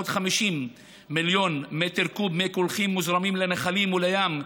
50 מיליון קוב ומי קולחים מוזרמים לנחלים ולים,